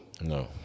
No